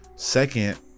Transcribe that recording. Second